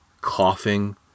coughing